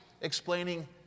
explaining